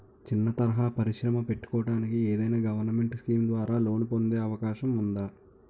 చిన్న తరహా పరిశ్రమ పెట్టుకోటానికి ఏదైనా గవర్నమెంట్ స్కీం ద్వారా లోన్ పొందే అవకాశం ఉందా?